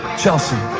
chelsea.